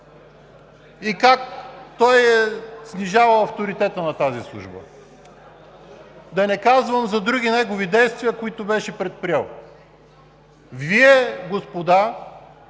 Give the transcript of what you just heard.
и как той е снижавал авторитета на тази служба? Да не казвам за други негови действия, които беше предприел. Вие, господа,